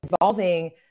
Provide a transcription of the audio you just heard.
involving